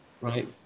right